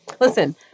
listen